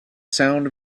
sound